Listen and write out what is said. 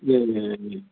ए